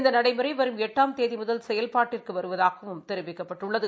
இந்த நடைமுறை வரும் எட்டாம் தேதி முதல் செயல்பாட்டுக்கு வருவதாகவும் தெரிவிக்கப்பட்டுள்ளது